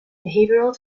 behavioural